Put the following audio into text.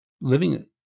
Living